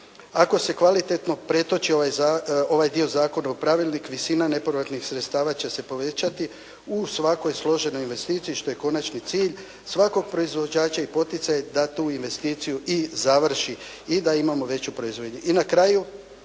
Ako se kvalitetno pretoči ovaj dio zakona u pravilnik visina nepovratnih sredstava će se povećati u svakoj složenoj investiciji što je konačni cilj svakog proizvođača i poticaj da tu investiciju i završi i da imamo veću proizvodnju.